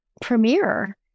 premiere